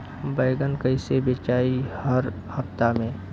बैगन कईसे बेचाई हर हफ्ता में?